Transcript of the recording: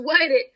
waited